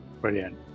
brilliant